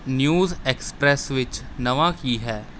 news Express ਵਿੱਚ ਨਵਾਂ ਕੀ ਹੈ